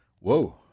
whoa